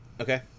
Okay